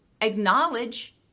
acknowledge